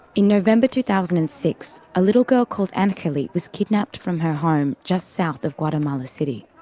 in november two thousand and six, a little girl called anyeli was kidnapped from her home just south of guatemala city.